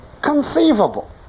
conceivable